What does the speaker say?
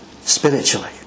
spiritually